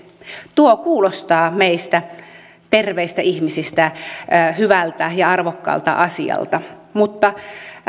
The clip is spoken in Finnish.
tuo kuulostaa meistä terveistä ihmisistä hyvältä ja arvokkaalta asialta mutta